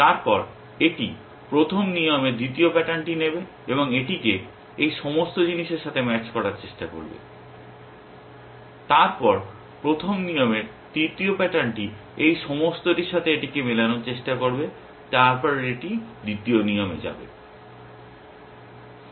তারপর এটি প্রথম নিয়মের দ্বিতীয় প্যাটার্নটি নেবে এবং এটিকে এই সমস্ত জিনিসের সাথে ম্যাচ করার চেষ্টা করবে তারপর প্রথম নিয়মের তৃতীয় প্যাটার্নটি এই সমস্তটির সাথে এটিকে মেলানোর চেষ্টা করবে তারপর এটি দ্বিতীয় নিয়মে যাবে